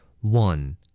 One